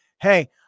hey